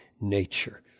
nature